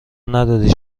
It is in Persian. نداری